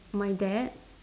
my dad